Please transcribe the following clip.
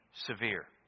severe